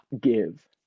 give